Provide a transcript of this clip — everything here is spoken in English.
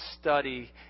study